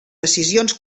decisions